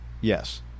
Yes